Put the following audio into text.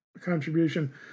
contribution